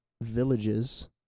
villages